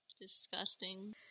disgusting